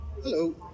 Hello